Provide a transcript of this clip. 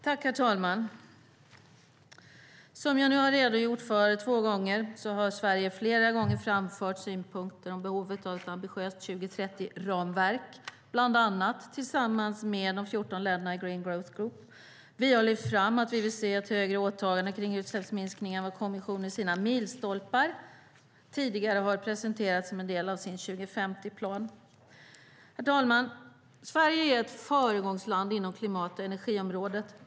Herr talman! Som jag nu har redogjort för två gånger har Sverige flera gånger framfört synpunkten om behovet av ett ambitiöst 2030-ramverk, bland annat tillsammans med de 14 länderna i Green Growth Group. Vi har lyft fram att vi vill se ett högre åtagande kring utsläppsminskningar som kommissionen med sina milstolpar tidigare har presenterat som en del av sin 2050-plan. Herr talman! Sverige är ett föregångsland inom klimat och energiområdet.